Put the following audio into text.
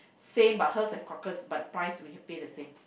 same but hers has cockles but price we have pay the same